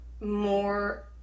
more